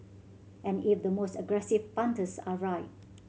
and if the most aggressive punters are right